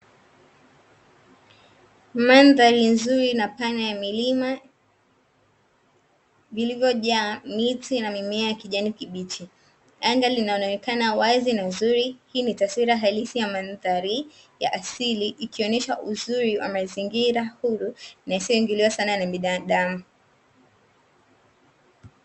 Mandhari nzuri na pana yenye milima iliyojaa mimea kijani kibichi, anga linaonekana nzuri hii ni taswira halisi ya madhari asilia ikionyesha uziru wa mazingira huruma yasiyoingiliwa sana na binadamu